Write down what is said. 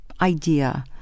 idea